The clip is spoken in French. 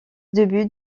début